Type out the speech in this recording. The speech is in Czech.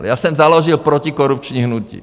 Já jsem založil protikorupční hnutí.